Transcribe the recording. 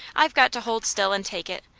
i've got to hold still, and take it.